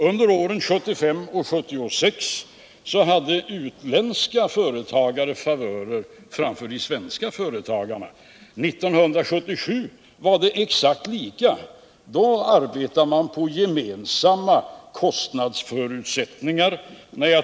Under åren 1975 och 1976 hade utländska företagare favörer framför de svenska företagarna. År 1977 var det exakt lika — då arbetade man med samma kostnadsförutsättningar.